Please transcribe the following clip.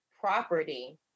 property